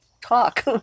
talk